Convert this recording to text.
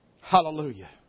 Hallelujah